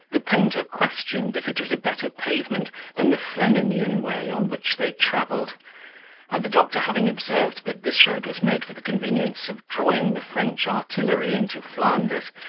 the painter questioned if it was a better pavement than the fleminian way on which they travelled and the doctor having observed, that this road was made for the convenience of drawing the french artillery into flanders,